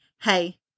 hey